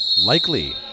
Likely